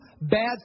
bad